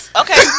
Okay